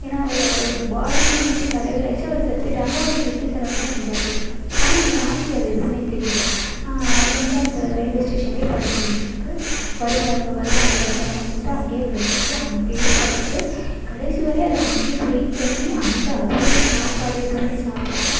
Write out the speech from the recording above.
ஏன்னா அவர் அவரோட பாடிலாம் வீட்டுக்கு அரைவ்டு ஆயிடுச்சு அவர் செத்துட்டாங்க அவருக்கு இறுதி சடங்கலாம் செஞ்சாச்சு ஆனால் அந்த நாய்க்கு அது எதுவுமே தெரியலை அது வந்து அந்த ரயில்வே ஸ்டேஷன்ல படுத்துயிருந்ததுக்கு வருவாங்க வருவாங்க வருவாங்கன்னு சொல்லிட்டு அங்கே படுத்துயிருக்கு அங்கேயே படுத்து கடைசி வரையும் அது அங்கேயே வெயிட் பண்ணி அங்கே அதுவே சாப்பாடு எதுவுமே சாப்பிடாம